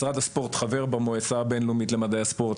משרד הספורט חבר במועצה הבינלאומית למדעי הספורט,